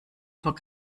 vor